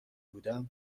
بودم